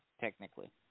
technically